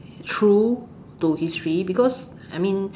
true to history because I mean